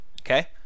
Okay